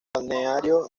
balneario